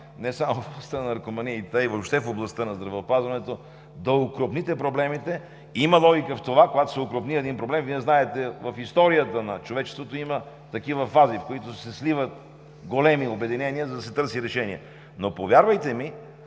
не само в областта на наркоманиите, а и въобще в областта на здравеопазването, да окрупните проблемите. Има логика в това, когато се окрупни един проблем – Вие знаете в историята на човечеството има такива фази, в които се сливат големи обединения, за да се търси решение. Но, повярвайте ми,